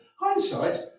Hindsight